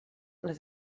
les